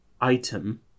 item